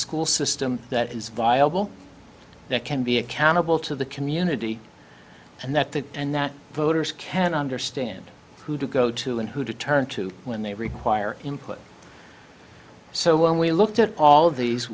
school system that is viable that can be accountable to the community and that that and that voters can understand who to go to and who to turn to when they require input so when we looked at all of these